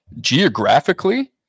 geographically